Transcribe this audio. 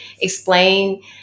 explain